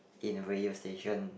in radio station